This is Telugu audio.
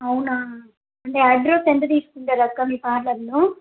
అవునా అంటే ఐబ్రోస్కి ఎంత తీసుకుంటారు అక్క మీ పార్లల్లో